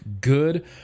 good